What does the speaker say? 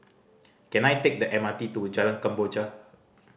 can I take the M R T to Jalan Kemboja